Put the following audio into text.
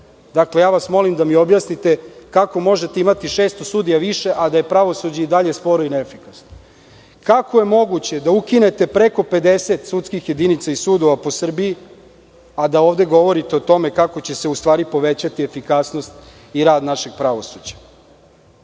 više. Ja vas molim da mi objasnite - kako možete imati 600 sudija više, a da je pravosuđe i dalje sporo i neefikasno? Kako je moguće da ukinete preko 50 sudskih jedinica iz sudova po Srbiji, a da ovde govorite o tome kako će se u stvari povećati efikasnost i rad našeg pravosuđa?